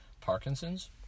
Parkinson's